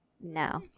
No